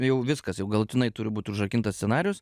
jau viskas jau galutinai turi būt užrakintas scenarijus